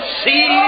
see